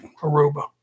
Aruba